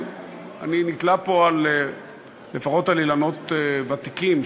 אני נתלה פה לפחות באילנות ותיקים,